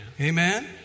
Amen